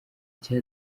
cya